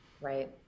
Right